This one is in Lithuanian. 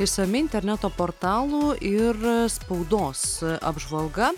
išsami interneto portalų ir spaudos apžvalga